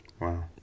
Wow